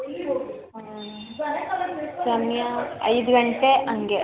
ಸಮಯ ಐದು ಗಂಟೆ ಹಾಗೆ